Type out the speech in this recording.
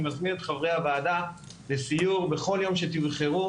אני מזמין את חברי הוועדה לסיור בכל יום שתבחרו,